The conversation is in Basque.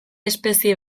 espezie